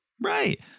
Right